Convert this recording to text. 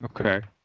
Okay